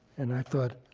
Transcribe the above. and i thought,